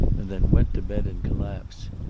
and then went to bed in collapse.